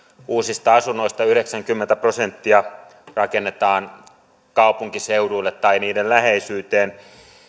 uusista asunnoista yhdeksänkymmentä prosenttia rakennetaan kaupunkiseuduille tai niiden läheisyyteen